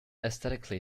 aesthetically